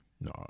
No